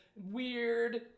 weird